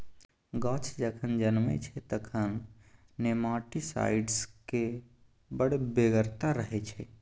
गाछ जखन जनमय छै तखन नेमाटीसाइड्सक बड़ बेगरता रहय छै